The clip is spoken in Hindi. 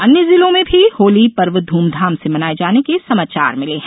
अन्य जिलों में भी होली पर्व धूमधाम से मनाये जाने के समाचार मिले है